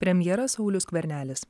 premjeras saulius skvernelis